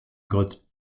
grotte